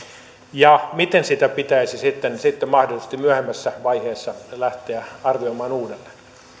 ja miten sitä pitäisi sitten mahdollisesti myöhemmässä vaiheessa lähteä arvioimaan uudelleen